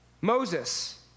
Moses